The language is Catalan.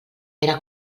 era